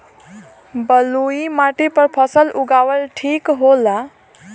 बलुई माटी पर फसल उगावल ठीक होला?